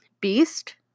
Beast